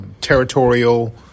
territorial